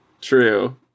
True